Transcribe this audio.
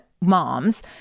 moms